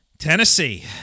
Tennessee